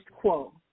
quo